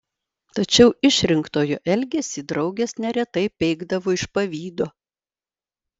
tačiau išrinktojo elgesį draugės neretai peikdavo iš pavydo